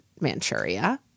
Manchuria